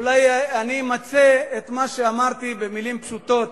אולי אני אמצה את מה שאמרתי במלים פשוטות.